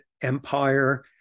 empire